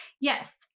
Yes